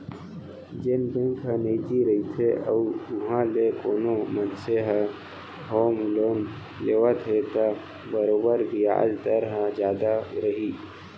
जेन बेंक ह निजी रइथे अउ उहॉं ले कोनो मनसे ह होम लोन लेवत हे त बरोबर बियाज दर ह जादा रही